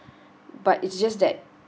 but is just that